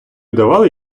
давали